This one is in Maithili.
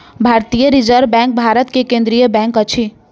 भारतीय रिज़र्व बैंक भारत के केंद्रीय बैंक अछि